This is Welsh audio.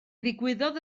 ddigwyddodd